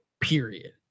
Period